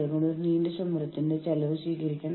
നമ്മൾ അവർക്ക് അസംതൃപ്തരാകാനുള്ള അവസരം നൽകുന്നില്ല